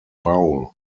bowl